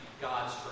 God's